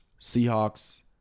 Seahawks